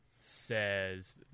says